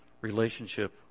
relationship